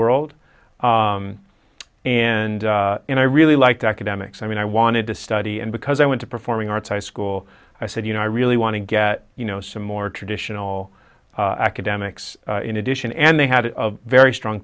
world and i really liked academics i mean i wanted to study and because i went to performing arts high school i said you know i really want to get you know some more traditional academics in addition and they had a very strong